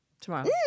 tomorrow